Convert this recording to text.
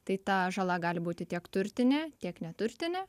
tai ta žala gali būti tiek turtinė tiek neturtinė